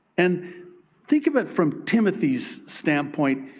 and think of it from timothy's standpoint.